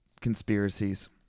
conspiracies